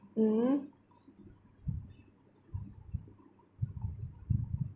mmhmm